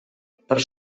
per